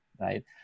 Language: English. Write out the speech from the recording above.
right